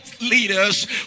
leaders